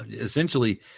essentially